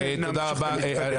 תודה רבה.